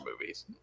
movies